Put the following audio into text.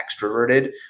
extroverted